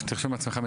תרשום לעצמך,